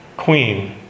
Queen